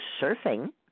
surfing